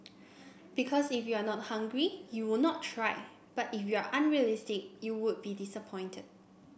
because if you are not hungry you would not try but if you are unrealistic you would be disappointed